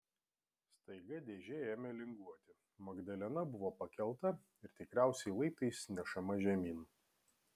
staiga dėžė ėmė linguoti magdalena buvo pakelta ir tikriausiai laiptais nešama žemyn